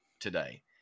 today